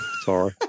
Sorry